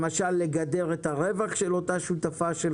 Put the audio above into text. למשל לגדר את הרווח של אותה שותפה שלך?